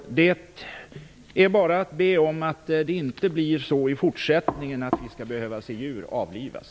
Det är bara att be om att vi i fortsättningen inte skall behöva se att djur avlivas.